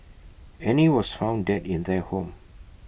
Annie was found dead in their home